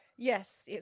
Yes